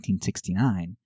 1969